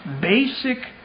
basic